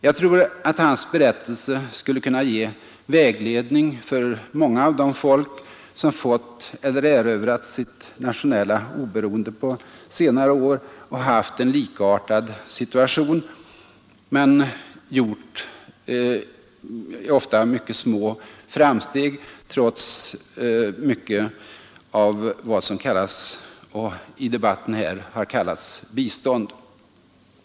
Jag tror att hans berättelse skulle kunna ge vägledning för många av de folk som fått eller erövrat sitt nationella oberoende på senare år och haft en likartad situation men ofta gjort mycket små framsteg trots åtskilligt av vad som i debatten här har kallats bistånd.